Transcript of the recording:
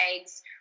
eggs